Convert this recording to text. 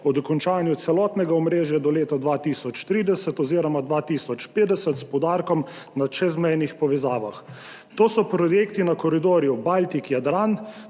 o dokončanju celotnega omrežja do leta 2030 oziroma 2050 s poudarkom na čezmejnih povezavah. To so projekti na koridorju Baltik–Jadran,